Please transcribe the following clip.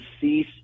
cease